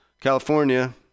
california